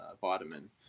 vitamin